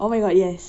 oh my god yes